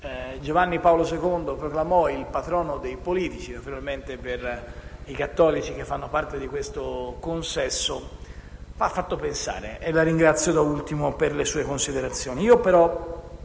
Giovanni Paolo II proclamò il patrono dei politici, naturalmente per i cattolici che fanno parte di questo consesso), mi hanno fatto pensare e quindi la ringrazio per le sue considerazioni.